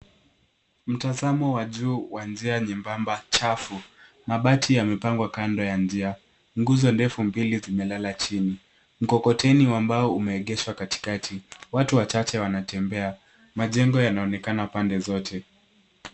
Mtazamo wa juu wa njia nyembamba chafu. Mabati yamepangwa kando ya njia. Nguzo ndefu mbili zimelala chini. Mkokoteni wa mbao umeegeshwa katikati. Watu wachache wanatembea. Majengo yanaonekana pande zote.